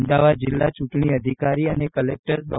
અમદાવાદ જિલ્લા ચૂંટણી અધિકારી અને કલેક્ટર ડૉ